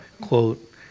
quote